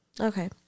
Okay